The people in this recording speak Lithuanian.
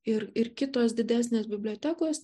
ir ir kitos didesnės bibliotekos